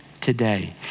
today